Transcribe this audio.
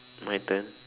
my turn